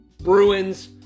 Bruins